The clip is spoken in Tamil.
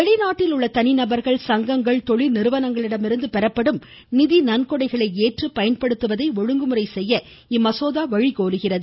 வெளிநாட்டில் உள்ள தனிநபர்கள் கொழில் நிறுவனங்களிடமிருந்து பெறப்படும் நிதி நன்கொடைகளை ஏற்று பயன்படுத்துவதை ஒழுங்குமுறை செய்ய இம்மசோதா வழிகோலுகிறது